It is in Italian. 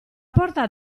porta